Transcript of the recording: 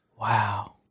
Wow